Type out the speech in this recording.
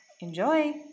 Enjoy